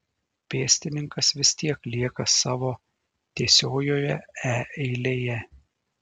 pėstininkas vis tiek lieka savo tiesiojoje e eilėje